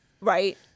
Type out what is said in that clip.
right